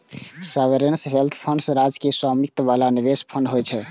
sovereign wealth fund राज्य के स्वामित्व बला निवेश फंड होइ छै